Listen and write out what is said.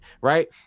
Right